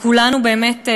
כולנו באמת,